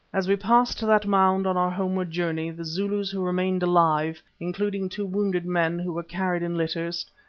as we passed that mound on our homeward journey, the zulus who remained alive, including two wounded men who were carried in litters,